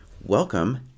welcome